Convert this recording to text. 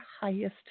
highest